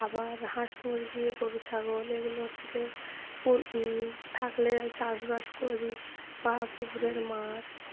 আবার হাঁস মুরগি গরু ছাগল এগুলো হচ্ছে থাকলে চাষবাস করি বা পুকুরের মাছ